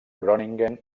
groningen